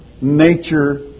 nature